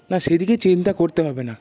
না সেদিকে চিন্তা করতে হবে না